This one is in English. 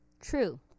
True